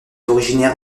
originaire